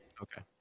Okay